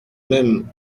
même